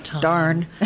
darn